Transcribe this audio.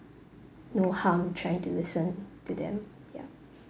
no harm trying to listen to them ya